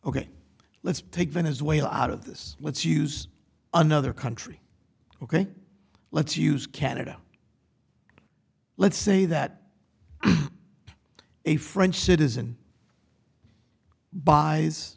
ok let's take venezuela out of this let's use another country ok let's use canada let's say that a french citizen b